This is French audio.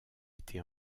été